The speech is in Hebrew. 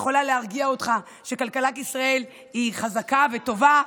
אני יכולה להרגיע אותך שכלכלת ישראל היא חזקה וטובה,